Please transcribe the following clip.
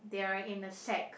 they are in a sack